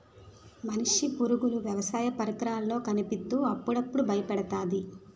మనిషి పరుగులు వ్యవసాయ పరికరాల్లో కనిపిత్తు అప్పుడప్పుడు బయపెడతాది